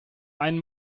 einen